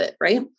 right